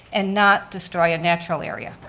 and not destroy a natural area.